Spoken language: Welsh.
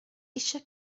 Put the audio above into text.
eisiau